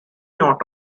not